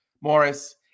Morris